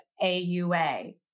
AUA